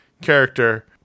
character